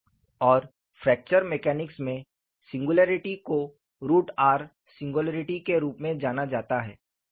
और फ्रैक्चर यांत्रिकी मैकेनिक्स में सिंगुलैरिटी को रूट r सिंगुलैरिटी के रूप में जाना जाता है